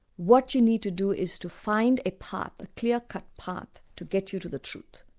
what you need to do is to find a path, a clear-cut path to get you to the truth.